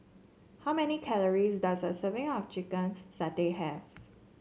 how many calories does a serving of Chicken Satay have